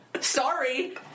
Sorry